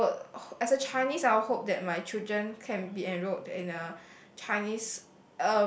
so I would as a Chinese I will hope that my children can be enrolled in a Chinese